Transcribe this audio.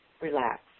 Relax